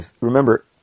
Remember